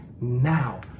now